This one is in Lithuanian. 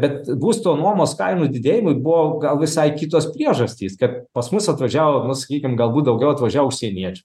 bet būsto nuomos kainų didėjimui buvo gal visai kitos priežastys kad pas mus atvažiavo nu sakykim galbūt daugiau atvažiavo užsieniečių